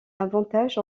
avantage